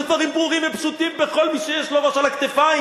זה דברים ברורים ופשוטים לכל מי שיש לו ראש על הכתפיים.